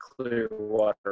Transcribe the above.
Clearwater